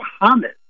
Bahamas